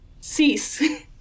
cease